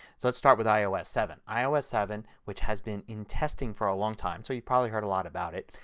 let's start with ios seven. ios seven, which has been in testing for a long time so you probably heard a lot about it,